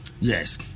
yes